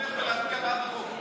תומך בלהצביע בעד החוק.